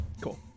Cool